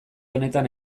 honetan